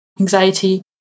anxiety